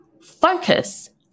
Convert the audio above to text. focus